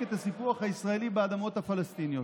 את הסיפוח הישראלי באדמות הפלסטיניות.